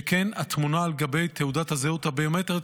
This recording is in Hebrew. שכן התמונה על גבי תעודת הזהות הביומטרית